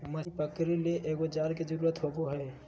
मछली पकरे ले एगो जाल के जरुरत होबो हइ